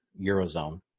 Eurozone